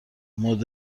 همان